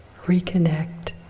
reconnect